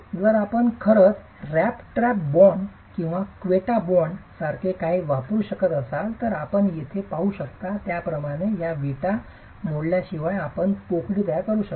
जर आपण खरंच रॅट ट्रॅप बॉन्ड किंवा क्वेटा बॉन्ड सारखे काहीतरी वापरू शकत असाल तर आपण येथे पाहू शकता त्याप्रमाणे या विटा मोडल्याशिवाय आपण पोकळी तयार करू शकता